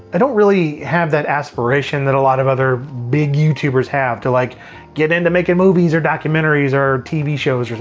i don't really have that aspiration that a lot of other big youtubers have to like get get into making movies or documentaries or tv shows.